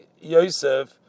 Yosef